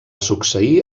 succeir